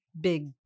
big